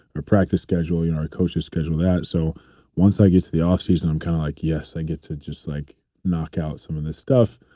our practice schedule, you know our coaches schedule that. so once i get to the off season, i'm kind of like, yes, i get to just like knock out some of this stuff.